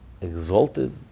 exalted